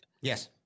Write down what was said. Yes